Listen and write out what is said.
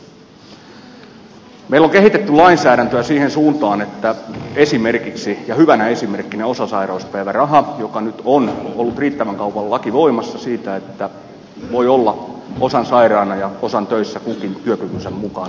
meillä on kehitetty lainsäädäntöä siihen suuntaan josta hyvänä esimerkkinä on osasairauspäiväraha josta nyt on ollut riittävän kauan laki voimassa että voi olla osan sairaana ja osan töissä kukin työkykynsä mukaan